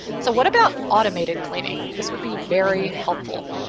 so what about automated cleaning? this would be very helpful.